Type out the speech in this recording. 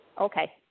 Okay